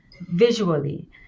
visually